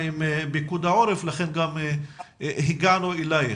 עם פיקוד העורף לכן גם הגענו אליך.